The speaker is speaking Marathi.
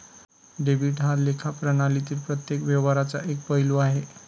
डेबिट हा लेखा प्रणालीतील प्रत्येक व्यवहाराचा एक पैलू आहे